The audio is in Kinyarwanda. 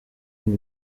ngo